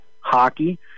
hockey